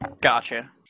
Gotcha